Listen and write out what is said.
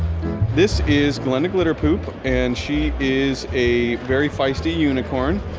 this is glenda glitter poop, and she is a very feisty unicorn.